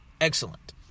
excellent